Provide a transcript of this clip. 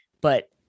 but-